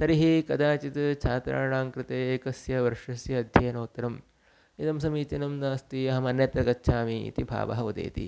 तर्हि कदाचित् छात्राणां कृते एकस्य वर्षस्य अध्ययनोत्तरम् इदं समीचीनं नास्ति अहम् अन्यत्र गच्छामि इति भावः उदेति